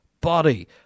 body